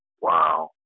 Wow